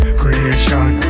creation